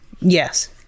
Yes